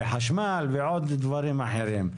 בחשמל ועוד דברים אחרים.